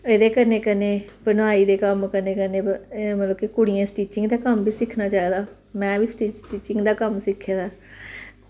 एह्दे कन्नै कन्नै बुनाई दे कम्म कन्नै कन्नै मतलब की कुड़ियें स्टीचिंग दा कम्म बी सिक्खना चाहिदा में बी स्टीचिंग दा कम्म सिक्खे दा ऐ